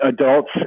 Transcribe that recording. adults